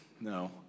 No